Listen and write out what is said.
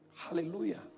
Hallelujah